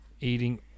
eating